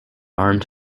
armed